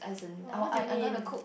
!wah! what do you mean